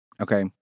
Okay